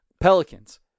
Pelicans